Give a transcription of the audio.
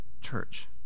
church